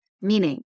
Meaning